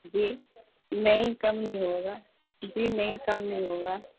جی نہیں کم نہیں ہوگا جی نہیں کم نہیں ہوگا